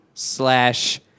slash